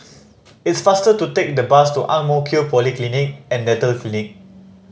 it's faster to take the bus to Ang Mo Kio Polyclinic and Dental Clinic